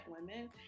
women